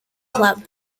club